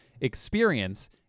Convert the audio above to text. experience